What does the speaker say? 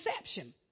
perception